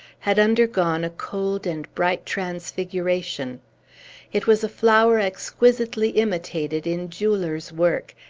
had undergone a cold and bright transfiguration it was a flower exquisitely imitated in jeweller's work,